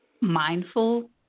mindful